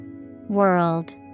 world